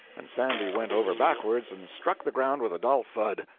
and sandy went over backwards and struck the ground with a dull thud.